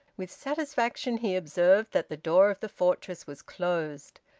with satisfaction he observed that the door of the fortress was closed.